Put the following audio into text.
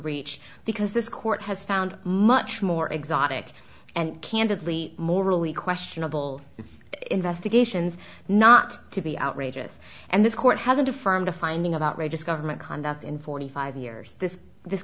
reach because this court has found much more exotic and candidly morally questionable investigations not to be outrageous and this court hasn't affirmed a finding of outrageous government conduct in forty five years this this